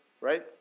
right